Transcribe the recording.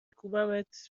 کوبمت